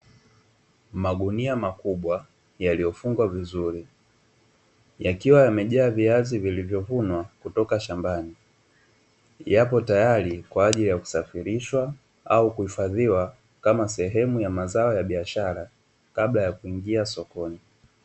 Magunia makubwa yaliyofungwa vizuri yakiwa yamejaa viazi vilivyovunwa kutoka shambani, yapo tayari kwa ajili ya kusafirishwa au kuhifadhiwa kama sehemu ya mazao ya biashara kabla ya kuingia sokoni.